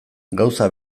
gauza